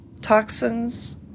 toxins